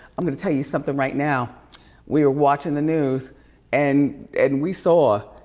i'm gonna tell you something right now we were watching the news and and we saw.